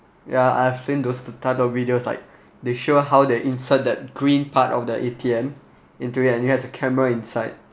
yeah I've seen those type of videos like they show how they insert the green part of the A_T_M into it and it has a camera inside